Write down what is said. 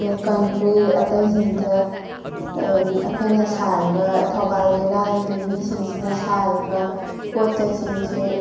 ꯑꯗꯩ ꯀꯟꯇ꯭ꯔꯤ ꯑꯇꯩꯁꯤꯡꯗ ꯑꯩꯈꯣꯏꯅ ꯁꯥꯔꯤꯕ ꯊꯧꯕꯥꯜ ꯖꯤꯂꯥꯒꯤ ꯃꯤꯁꯤꯡꯁꯤꯅ ꯁꯥꯔꯤꯕ ꯄꯣꯠꯆꯩꯁꯤꯡꯁꯦ